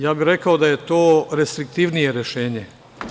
Ja bih rekao da je to restriktivnije rešenje.